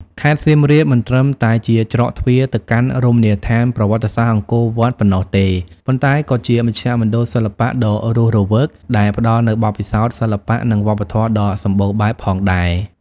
ខេត្តសៀមរាបមិនត្រឹមតែជាច្រកទ្វារទៅកាន់រមណីយដ្ឋានប្រវត្តិសាស្ត្រអង្គរវត្តប៉ុណ្ណោះទេ ប៉ុន្តែក៏ជាមជ្ឈមណ្ឌលសិល្បៈដ៏រស់រវើក ដែលផ្តល់នូវបទពិសោធន៍សិល្បៈ និងវប្បធម៌ដ៏សម្បូរបែបផងដែរ។